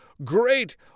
great